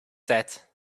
said